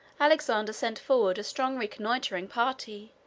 alexander sent forward a strong reconnoitering party,